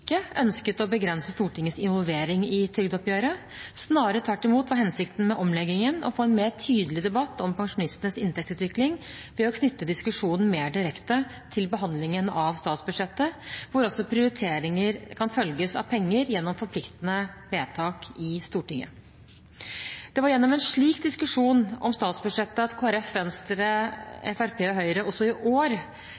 ønsket å begrense Stortingets involvering i trygdeoppgjøret. Snarere tvert imot var hensikten med omleggingen å få en mer tydelig debatt om pensjonistenes inntektsutvikling ved å knytte diskusjonen mer direkte til behandlingen av statsbudsjettet, hvor også prioriteringer kan følges av penger gjennom forpliktende vedtak i Stortinget. Det er gjennom en slik diskusjon om statsbudsjettet at Kristelig Folkeparti, Venstre,